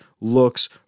looks